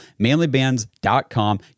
Manlybands.com